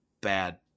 bad